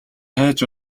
хайж